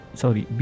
sorry